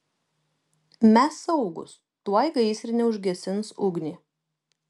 mes saugūs tuoj gaisrinė užgesins ugnį